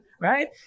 right